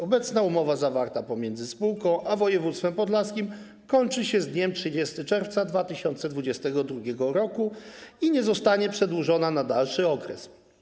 Obecna umowa zawarta pomiędzy spółką a województwem podlaskim kończy się z dniem 30 czerwca 2022 r. i nie zostanie przedłużona na dalszy okres.